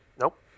Nope